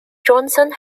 johnson